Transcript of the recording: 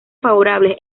favorables